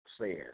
says